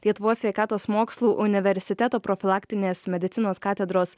lietuvos sveikatos mokslų universiteto profilaktinės medicinos katedros